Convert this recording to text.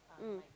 mm